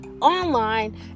online